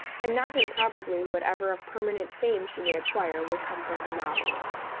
and not improbably whatever of permanent fame she may acquire will come from her novels.